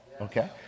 Okay